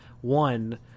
one